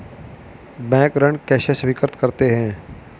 Bank ऋण कैसे स्वीकृत करते हैं?